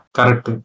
Correct